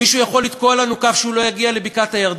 מי לידנו יתקע שהוא לא יגיע לבקעת-הירדן?